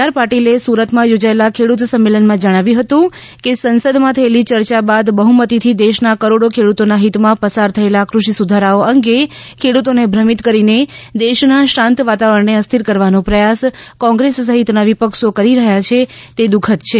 R પાટીલે સુરતમાં યોજાયેલા ખેડૂત સંમેલનમાં જણાવ્યું હતું કે સંસદમાં થયેલી ચર્ચા બાદ બહુમતીથી દેશના કરોડો ખેડ્રતોના હિતમાં પસાર થયેલા કૃષિ સુધારાઓ અંગે ખેડૂતોને ભ્રમિત કરીને દેશના શાંત વાતાવરણને અસ્થિર કરવાનો પ્રયાસ કોંગ્રેસ સહિતના વિપક્ષો કરી રહ્યા છે તે દુઃખદ છે